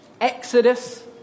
Exodus